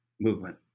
movement